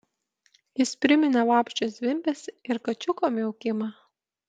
jis priminė vabzdžio zvimbesį ir kačiuko miaukimą